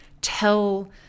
tell